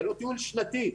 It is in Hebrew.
זה לא טיול שנתי,